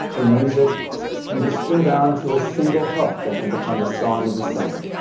and music you just still down to a single hook that can become the song of the summer.